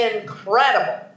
incredible